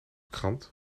krant